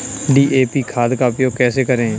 DAP खाद का उपयोग कैसे करें?